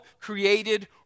created